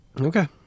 okay